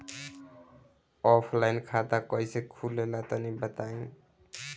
Offline खाता कइसे खुले ला तनि बताई?